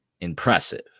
impressive